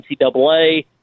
NCAA